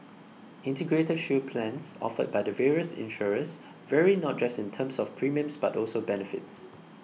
Integrated Shield plans offered by the various insurers vary not just in terms of premiums but also benefits